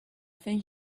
think